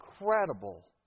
incredible